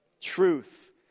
truth